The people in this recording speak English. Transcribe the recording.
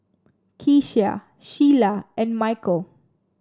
Keshia Shiela and Mykel